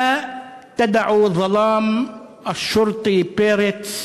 (אומר דברים בשפה הערבית,